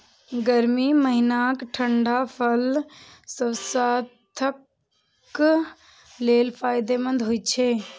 गर्मी महीनाक ठंढा फल स्वास्थ्यक लेल फायदेमंद होइ छै